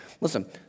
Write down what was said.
Listen